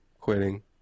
quitting